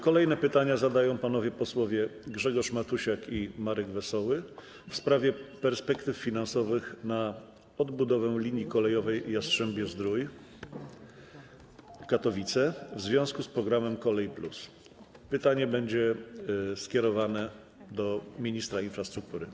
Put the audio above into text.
Kolejne pytanie zadają panowie posłowie Grzegorz Matusiak i Marek Wesoły, w sprawie perspektyw finansowych na odbudowę linii kolejowej Jastrzębie Zdrój - Katowice w związku z programem „Kolej+” - pytanie do ministra infrastruktury.